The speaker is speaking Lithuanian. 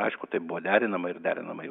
aišku tai buvo derinama ir derinama jau ir seniau